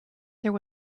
there